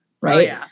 right